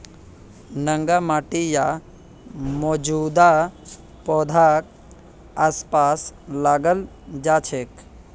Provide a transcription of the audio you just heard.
नंगा माटी या मौजूदा पौधाक आसपास लगाल जा छेक